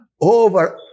over